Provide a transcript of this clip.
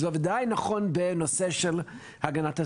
זה ודאי נכון בנושא של הגנת הסביבה.